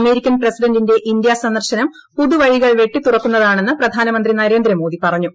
American പ്രസിഡന്റിന്റെ India സന്ദർശനം പുതുവഴികൾ വെട്ടിത്തുറക്കുന്നതാണെന്ന് പ്രധാനമന്ത്രി നരേന്ദ്രമോദി പറഞ്ഞു